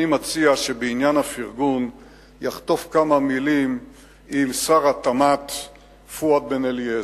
אני מציע שבעניין הפרגון יחטוף כמה מלים עם שר התמ"ת פואד בן-אליעזר.